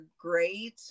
great